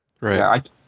Right